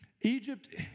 Egypt